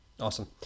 Awesome